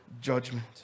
judgment